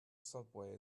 subway